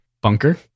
bunker